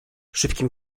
szybkim